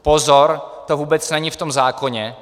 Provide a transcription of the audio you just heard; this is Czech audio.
Pozor to vůbec není v tom zákoně.